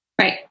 Right